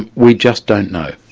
and we just don't know.